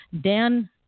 Dan